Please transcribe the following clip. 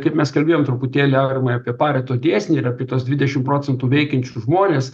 kaip mes kalbėjom truputėlį aurimai apie pareto dėsnį ir apie tuos dvidešim procentų veikiančius žmones